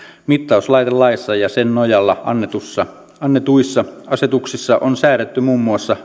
mittauslaitelaissa ja sen nojalla annetuissa annetuissa asetuksissa on säädetty muun muassa